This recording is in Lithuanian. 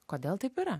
kodėl taip yra